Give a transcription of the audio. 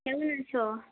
কেমন আছ